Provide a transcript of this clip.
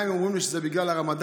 גם אם אומרים לי שזה בגלל הרמדאן,